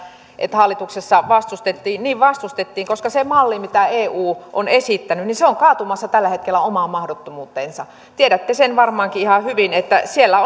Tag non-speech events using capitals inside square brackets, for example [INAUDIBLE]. että hallituksessa vastustettiin niin vastustettiin koska se malli mitä eu on esittänyt on kaatumassa tällä hetkellä omaan mahdottomuuteensa tiedätte sen varmaankin ihan hyvin että siellä [UNINTELLIGIBLE]